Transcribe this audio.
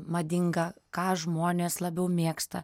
madinga ką žmonės labiau mėgsta